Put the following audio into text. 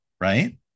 right